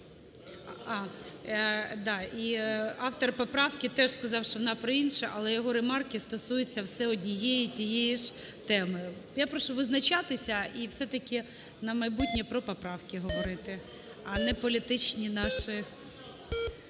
зараз. І автор поправки теж сказав, що вона про інше, але його ремарки стосуються все однієї й тієї ж теми. Я прошу визначатися і все-таки на майбутнє про поправки говорити, а не політичні наші…